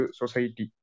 society